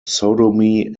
sodomy